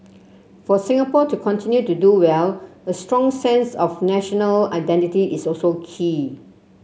for Singapore to continue to do well a strong sense of national identity is also key